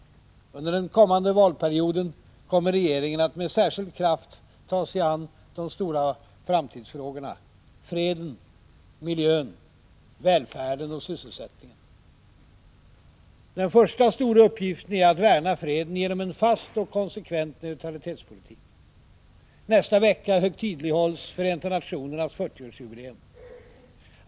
Under den kommande valperioden kommer regeringen att med särskild kraft ta sig an de stora framtidsfrågorna: freden, miljön, välfärden och sysselsättningen. Den första stora uppgiften är att värna freden genom en fast och konsekvent neutralitetspolitik. Nästa vecka högtidlighålls Förenta nationernas 40-årsjubileum.